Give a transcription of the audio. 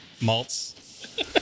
malts